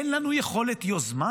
אין לנו יכולת יוזמה?